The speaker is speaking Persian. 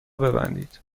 ببندید